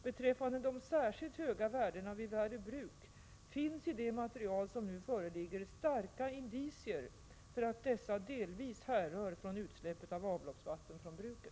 Beträffande de särskilt höga värdena vid Värö Bruk finns i det material som nu föreligger starka indicier för att dessa delvis härrör från utsläppet av avloppsvatten från bruket.